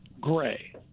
gray